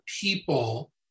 people